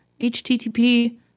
HTTP